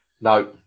No